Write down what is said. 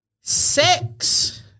Sex